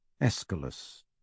Aeschylus